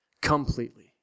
completely